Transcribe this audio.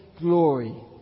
glory